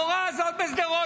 המורה הזאת בשדרות,